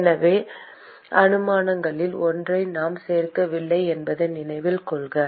எனவே அனுமானங்களில் ஒன்றை நாம் சேர்க்கவில்லை என்பதை நினைவில் கொள்க